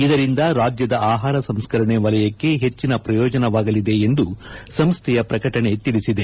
ಇದರಿಂದ ರಾಜ್ಣದ ಆಹಾರ ಸಂಸ್ಕರಣೆ ವಲಯಕ್ಕೆ ಹೆಚ್ಚಿನ ಪ್ರಯೋಜನವಾಗಲಿದೆ ಎಂದು ಸಂಸ್ಥೆಯ ಪ್ರಕಟಣೆ ತಿಳಿಸಿದೆ